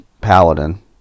paladin